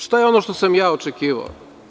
Šta je ono što sam ja očekivao?